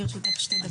לרשותך שתי דקות.